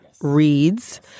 reads